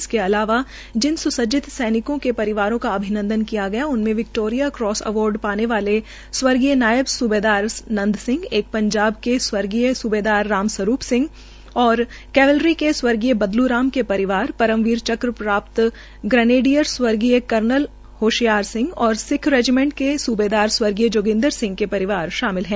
इसके अलावा जिन सुसज्जित सैनिकों के परिवारों का अभिन्दंन किया गया उनमे विक्टोरिया क्रास अवार्ड पाने वाले स्व स्बेदार नदं सिंह एक पंजाब के स्व स्बेदार राम सरूप सिंह और कैवेलरी के स्व बदलू राम के परिवार परम वीर चक्र प्राप्त गार्डनियर स्वर्गीय करनल होशियार सिंह और सिख्ख रेजीमेंट के सुबेदार स्वगीर्य जोगिन्द्र सिंह के परिवार शामिल है